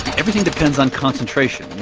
everything depends on concentration. you